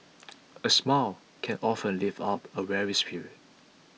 a smile can often lift up a weary spirit